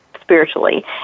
spiritually